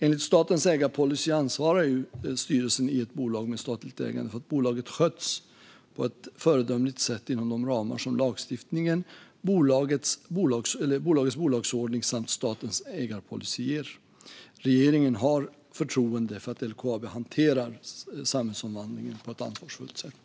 Enligt statens ägarpolicy ansvarar styrelsen i ett bolag med statligt ägande för att bolaget sköts på ett föredömligt sätt inom de ramar som lagstiftningen, bolagets bolagsordning samt statens ägarpolicy ger. Regeringen har förtroende för att LKAB hanterar samhällsomvandlingen på ett ansvarsfullt sätt.